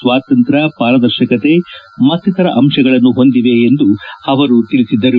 ಸ್ವಾತಂತ್ರ್ವ ಪಾರದರ್ಶಕತೆ ಮತ್ತಿತರ ಅಂತಗಳನ್ನು ಹೊಂದಿವೆ ಎಂದು ಹೇಳಿದರು